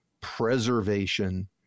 preservation